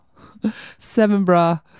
Sevenbra